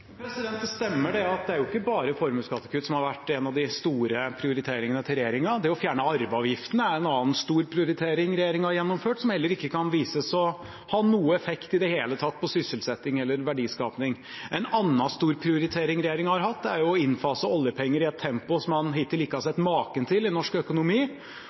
Det stemmer at det ikke bare er formuesskattekutt som har vært en av de store prioriteringene til regjeringen. Det å fjerne arveavgiften er en annen stor prioritering regjeringen har gjennomført, som heller ikke kan vises å ha noe effekt i det hele tatt på sysselsetting eller verdiskaping. En annen stor prioritering regjeringen har hatt, er å innfase oljepenger i et tempo man hittil ikke har sett maken til i norsk økonomi,